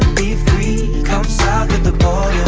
be free come south of the border